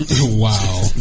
Wow